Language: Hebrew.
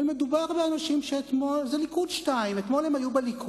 זה ליכוד 2. אתמול הם היו בליכוד,